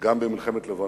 גם במלחמת לבנון,